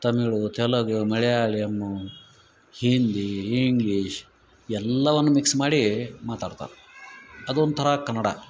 Tamil Telugu Malayalam Hindi English ಎಲ್ಲವನ್ mix ಮಾಡಿ ಮಾತಾಡ್ತಾರೆ ಅದೊಂಥರ ಕನ್ನಡ